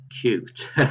cute